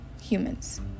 humans